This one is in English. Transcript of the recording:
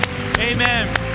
Amen